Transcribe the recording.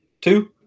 two